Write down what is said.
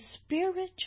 spiritual